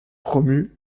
promu